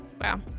Wow